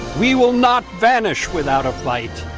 we will not vanish without a fight.